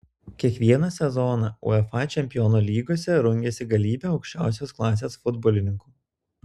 kiekvieną sezoną uefa čempionų lygoje rungiasi galybė aukščiausios klasės futbolininkų